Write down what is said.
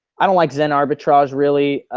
i don't like zen arbitrage really.